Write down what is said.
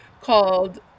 called